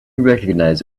recognize